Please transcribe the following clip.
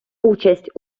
участь